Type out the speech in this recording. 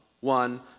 one